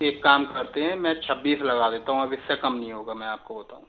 एक काम करते हैं मैं छब्बीस लगा देता हूँ अब इससे कम नहीं होगा मैं आपको बताऊँ